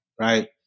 right